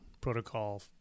protocol